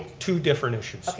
two different issues.